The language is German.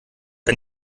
ein